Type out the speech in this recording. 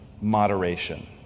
moderation